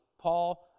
Paul